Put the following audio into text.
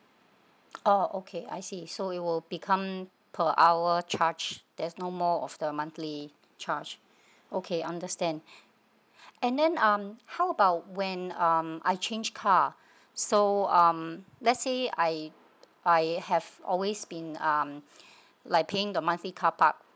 orh okay I see so it will become per hour charge there's no more of the monthly charge okay understand and then um how about when um I change car so um let's say I I have always been um like paying the monthly carpark